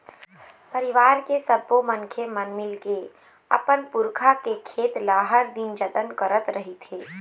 परिवार के सब्बो मनखे मन मिलके के अपन पुरखा के खेत ल हर दिन जतन करत रहिथे